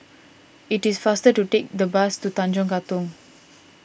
it is faster to take the bus to Tanjong Katong